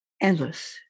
endless